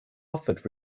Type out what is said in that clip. offered